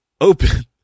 open